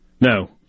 No